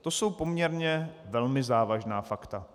To jsou poměrně velmi závažná fakta.